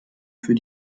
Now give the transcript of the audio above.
für